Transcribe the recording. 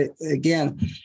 again